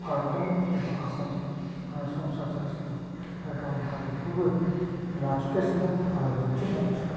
भारतावनो एबा आसामाव संसार जागासिनो बा गावनि हारिमुखौबो लाखिगासिनो दं आरो दिन्थिगासिनो दं